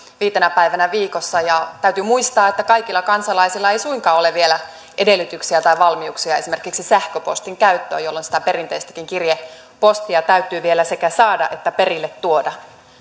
viitenä päivänä viikossa ja täytyy muistaa että kaikilla kansalaisilla ei suinkaan ole vielä edellytyksiä tai valmiuksia esimerkiksi sähköpostin käyttöön jolloin sitä perinteistäkin kirjepostia täytyy vielä sekä saada että perille tuoda